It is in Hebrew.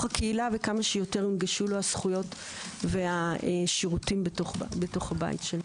הקהילה וכמה שיותר יונגשו לו הזכויות והשירותים בבית שלו.